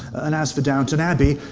and as for downtown abbey,